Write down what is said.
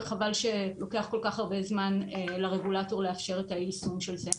וחבל שלוקח כל כך הרבה זמן לרגולטור לאפשר את היישום של זה.